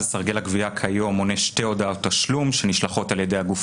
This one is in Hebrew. סרגל הגבייה כיום מונה שתי הודעות תשלום שנשלחות על ידי הגוף